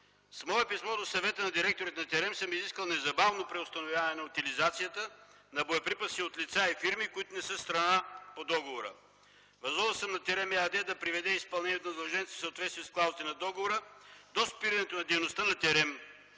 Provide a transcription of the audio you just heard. С мое писмо до Съвета на директорите на „Терем” съм изискал незабавно преустановяване на утилизацията на боеприпаси от лица и фирми, които не са страна по договора. Възложил съм на „Терем” ЕАД да приведе изпълнението на задълженията си в съответствие с клаузите на договора. До спирането дейността на